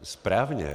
Správně.